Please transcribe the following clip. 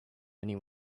many